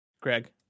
Greg